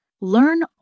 Learn